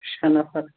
شےٚ نَفر